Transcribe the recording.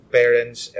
parents